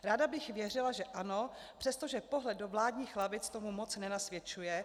Ráda bych věřila, že ano, přestože pohled do vládních lavic tomu moc nenasvědčuje.